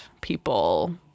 people